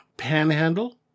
panhandle